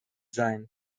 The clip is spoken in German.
sein